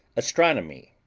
astronomy,